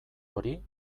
hori